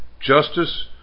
Justice